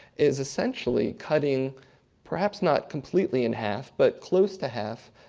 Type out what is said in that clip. is essentially cutting perhaps not completely in half, but close to half,